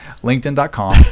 LinkedIn.com